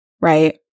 Right